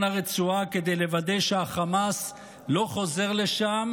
הרצועה כדי לוודא שהחמאס לא חוזר לשם,